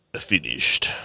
finished